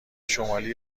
شمالی